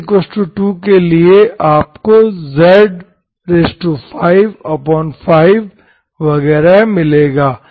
n2 के लिए आपको z55 वगैरह मिलेगा